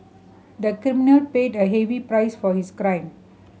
the criminal paid a heavy price for his crime